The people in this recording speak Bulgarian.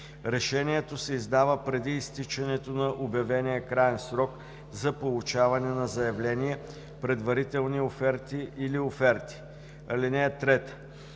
Решението се издава преди изтичането на обявения краен срок за получаване на заявления, предварителни оферти или оферти. (3)